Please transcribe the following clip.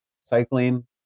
Cycling